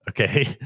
Okay